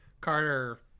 Carter